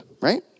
Right